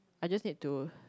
I just need to